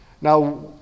Now